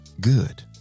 good